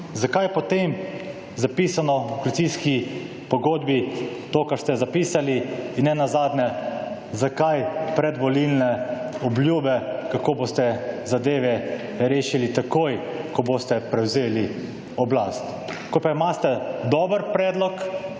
zakaj je potem zapisano v koalicijski pogodbi to, kar ste zapisali, in nenazadnje, zakaj predvolilne obljube, kako boste zadeve rešili takoj, ko boste prevzeli oblast. Ko pa imate dober predlog